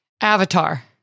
Avatar